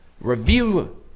review